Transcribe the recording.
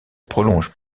prolongent